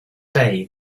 day